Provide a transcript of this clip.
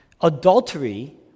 adultery